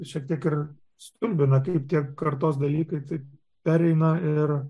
šiek tiek stulbina kaip tie kartos dalykai taip pereina ir